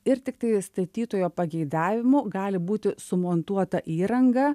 ir tiktai statytojo pageidavimu gali būti sumontuota įranga